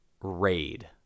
raid